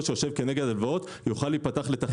שיושב כנגד הלוואות יוכל להיפתח לתחרות.